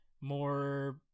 more